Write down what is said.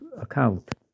account